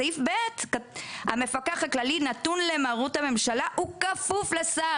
בסעיף (ב) כתוב שהמפקח הכללי נתון למרות הממשלה וכפוף לשר.